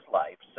life